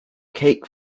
cake